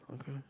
Okay